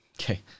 okay